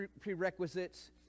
prerequisites